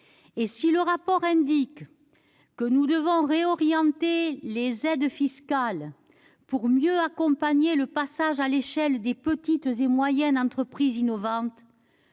d'information indique que nous devons réorienter les aides fiscales pour mieux accompagner le passage à l'échelle des petites et moyennes entreprises innovantes,